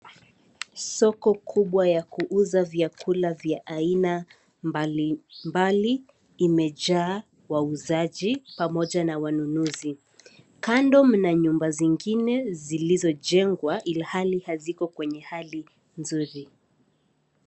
Soko kubwa ya kuuza vyakula vya aina, mbalimbali imejaa wauzaji pamoja na wanunuzi, kando mna nyumba zingine zilizojengwa ilhali haziko kwenye hali nzuri.